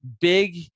big